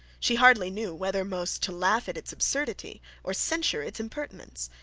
she hardly knew whether most to laugh at its absurdity, or censure its impertinence,